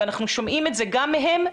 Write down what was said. ואנחנו שומעים את זה גם מהם,